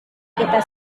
kita